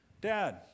Dad